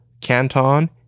Canton